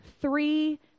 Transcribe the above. three